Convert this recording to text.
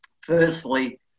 Firstly